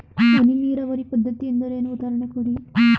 ಹನಿ ನೀರಾವರಿ ಪದ್ಧತಿ ಎಂದರೇನು, ಉದಾಹರಣೆ ಕೊಡಿ?